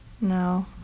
No